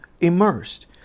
immersed